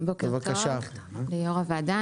בוקר טוב ליושב ראש הוועדה.